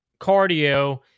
cardio